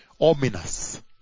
ominous